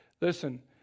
listen